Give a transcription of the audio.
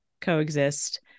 coexist